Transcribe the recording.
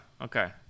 okay